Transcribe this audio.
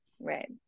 right